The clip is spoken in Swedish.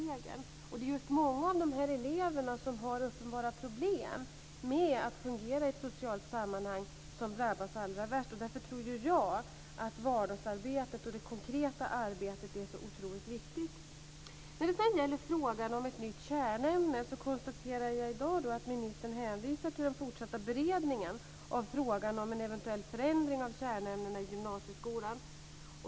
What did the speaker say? Det är just många av de elever som har uppenbara problem med att fungera i ett socialt sammanhang som drabbas allra värst, och därför tror ju jag att vardagsarbetet och det konkreta arbetet är så otroligt viktigt. När det sedan gäller frågan om ett nytt kärnämne konstaterar jag i dag att ministern hänvisar till den fortsatta beredningen av frågan om en eventuell förändring av kärnämnena i gymnasieskolan.